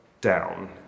down